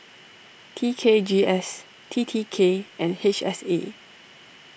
T K G S T T K and H S A